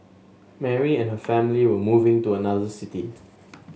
Mary and her family were moving to another city